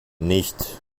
nicht